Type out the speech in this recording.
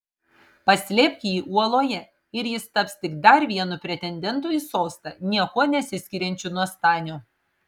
paslėpk jį uoloje ir jis taps tik dar vienu pretendentu į sostą niekuo nesiskiriančiu nuo stanio